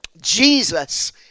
Jesus